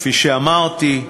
כפי שאמרתי,